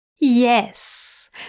Yes